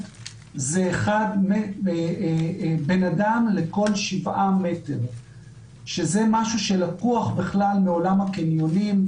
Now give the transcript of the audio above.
זה אדם לכל שבעה מטר שזה משהו שלקוח בכלל מעולם הקניונים,